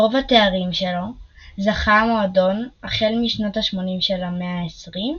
ברוב התארים שלו זכה המועדון החל משנות השמונים של המאה ה-20,